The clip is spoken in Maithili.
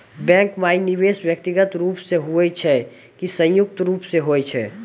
बैंक माई निवेश व्यक्तिगत रूप से हुए छै की संयुक्त रूप से होय छै?